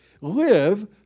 Live